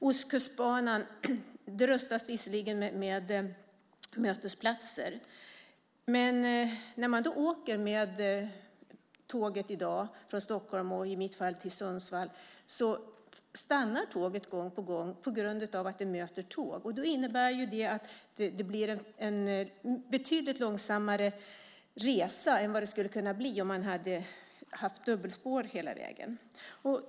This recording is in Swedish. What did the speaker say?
Ostkustbanan rustas visserligen med mötesplatser. Men när man i dag åker med tåget från Stockholm och i mitt fall till Sundsvall stannar tåget gång på gång på grund av mötande tåg. Det innebär att det blir en betydligt långsammare resa än vad det skulle ha kunnat bli om det hade varit dubbelspår hela vägen.